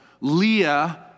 Leah